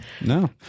No